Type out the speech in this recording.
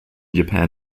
japan